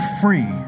free